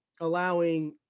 allowing